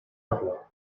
agua